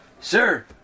Sir